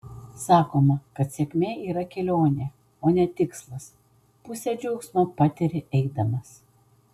sakoma kad sėkmė yra kelionė o ne tikslas pusę džiaugsmo patiri eidamas